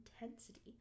intensity